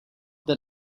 that